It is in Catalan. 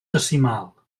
decimal